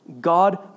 God